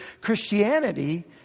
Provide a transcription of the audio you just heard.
Christianity